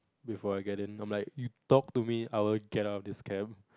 before I get in I'm like you talk to me I will get out of this cab